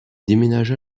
déménagea